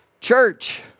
church